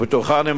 בטוחני,